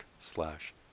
slash